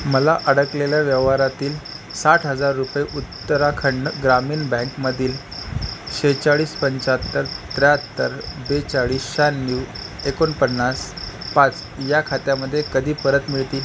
मला अडकलेल्या व्यवहारातील साठ हजार रुपये उत्तराखंड ग्रामीण बँकमधील शेहेचाळीस पंच्याहत्तर त्र्याहत्तर बेचाळीस शहाण्णव एकोणपण्णास पाच या खात्यामध्ये कधी परत मिळतील